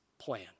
plan